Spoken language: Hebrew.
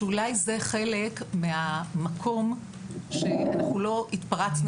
שאולי זה חלק מהמקום שאנחנו לא התפרצנו